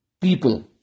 people